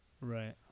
Right